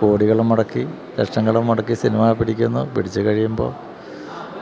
കോടികള് മുടക്കി ലക്ഷങ്ങള് മുടക്കി സിനിമ പിടിക്കുന്നു പിടിച്ചുകഴിയുമ്പോള്